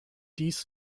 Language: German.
dies